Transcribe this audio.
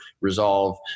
resolve